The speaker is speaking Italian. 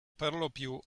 perlopiù